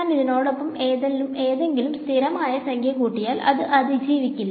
ഞാൻ ഇതിനോടൊപ്പം ഏതെങ്കിലും സ്ഥിരമായ സംഖ്യ കൂട്ടിയാൽ അത് അതിജീവിക്കില്ല